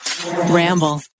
Ramble